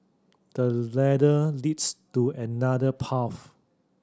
the ladder leads to another path